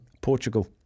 Portugal